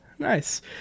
Nice